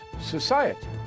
society